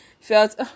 felt